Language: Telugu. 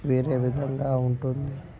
వేరే విధంగా ఉంటుంది